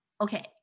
okay